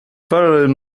parallel